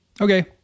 okay